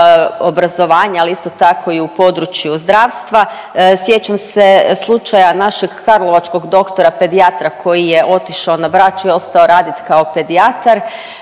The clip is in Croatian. ali isto tako i u području zdravstva. Sjećam se slučaja našeg karlovačkog doktora pedijatra koji je otišao na Brač i ostao raditi kao pedijatar.